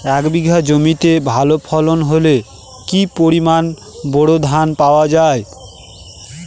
এক বিঘা জমিতে ভালো ফলন হলে কি পরিমাণ বোরো ধান পাওয়া যায়?